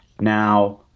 Now